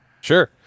Sure